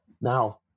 Now